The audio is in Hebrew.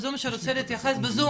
פה ממשרד הפנים,